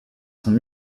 sont